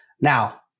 Now